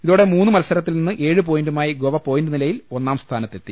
ഇതോടെ മൂന്ന് മത്സരത്തിൽ നിന്ന് ഏഴു പോയിന്റുമായി ഗോവ പോയിന്റ് നിലയിൽ ഒന്നാം സ്ഥാനത്തെത്തി